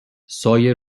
سایه